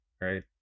right